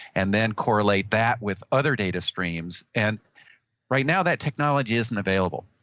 and then correlate that with other data streams and right now, that technology isn't available.